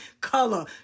color